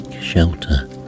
shelter